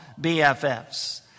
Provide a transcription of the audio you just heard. BFFs